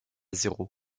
zéro